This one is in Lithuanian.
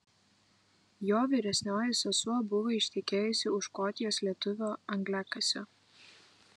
jo vyresnioji sesuo buvo ištekėjusi už škotijos lietuvio angliakasio